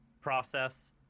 process